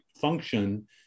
function